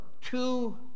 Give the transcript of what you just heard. two